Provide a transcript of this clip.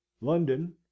london